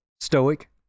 stoic